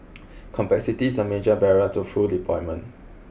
complexity is a major barrier to full deployment